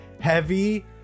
heavy